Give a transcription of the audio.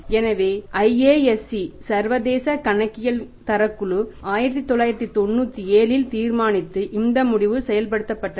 எனவே IASC சர்வதேச கணக்கியல் தரக் குழு 1997 இல் தீர்மானித்து இந்த முடிவு செயல்படுத்தப்பட்டது